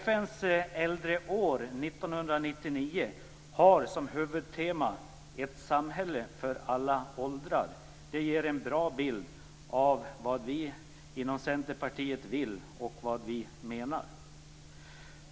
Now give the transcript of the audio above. FN:s äldreår 1999 har som huvudtema Ett samhälle för alla åldrar. Det ger en bra bild av vad vi inom Centerpartiet vill och menar.